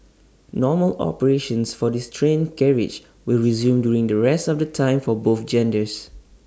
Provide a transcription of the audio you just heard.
normal operations for these train carriages will resume during the rest of the times for both genders